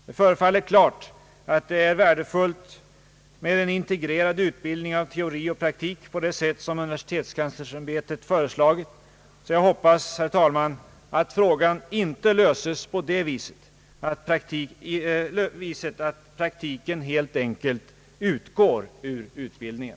Det förefaller klart att det är värdefullt med en integrerad utbildning i teori och praktik på det sätt som universitetskanslersämbetet föreslagit, och jag hoppas därför, herr tal man, att frågan inte löses på det viset att praktiken helt enkelt utgår ur utbildningen.